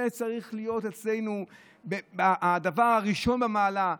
זה צריך להיות אצלנו הדבר הראשון במעלה.